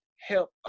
help